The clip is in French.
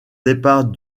départ